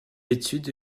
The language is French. étude